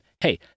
Hey